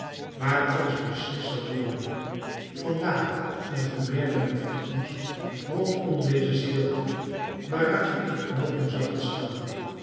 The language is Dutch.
waar alles beslist zou worden vandaar een vermeerdering van angst rondom deze stilte waaruit een ontknooping zou ontstaan